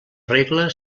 regla